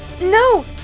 No